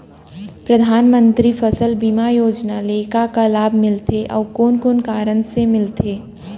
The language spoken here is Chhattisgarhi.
परधानमंतरी फसल बीमा योजना ले का का लाभ मिलथे अऊ कोन कोन कारण से मिलथे?